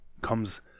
comes